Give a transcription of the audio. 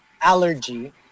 allergy